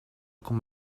com